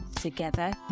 Together